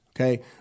Okay